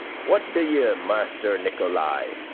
what do ye, master nicholay?